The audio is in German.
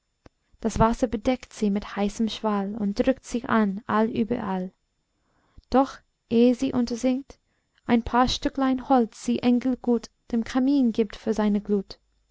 das wasser bedeckt sie mit heißem schwall und drückt sich an all überall doch eh sie untersinkt ein paar stücklein holz sie engelgut dem kamin gibt für seine glut